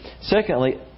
Secondly